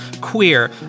queer